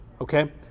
okay